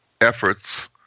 efforts